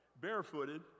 barefooted